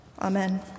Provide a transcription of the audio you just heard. Amen